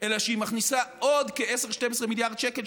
אלא שהיא מכניסה עוד כ-10 12 מיליארד שקל,